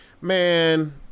man